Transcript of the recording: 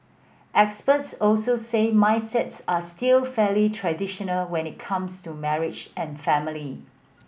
experts also say mindsets are still fairly traditional when it comes to marriage and family